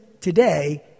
today